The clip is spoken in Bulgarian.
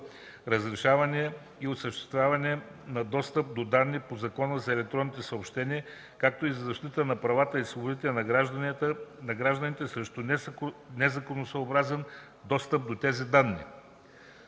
разрешаване и осъществяване на достъп до данните по Закона за електронните съобщения, както и за защита на правата и свободите на гражданите срещу незаконосъобразен достъп до тези данни;